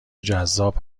جذاب